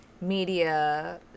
media